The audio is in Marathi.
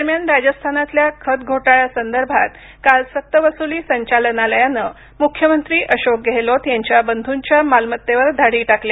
दरम्यान राजस्थानातल्या खत घोटाळ्यासंदर्भात काल सक्तवसुली संचालनालयानं मुख्यमंत्री अशोक गेहलोत यांच्या बंधूंच्या मालमत्तेवर धाडी टाकल्या